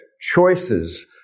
choices